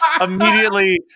immediately